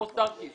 כמו סטרקיס